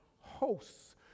hosts